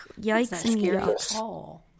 Yikes